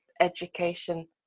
education